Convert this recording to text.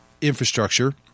infrastructure